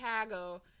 Chicago